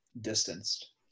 distanced